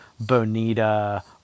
bonita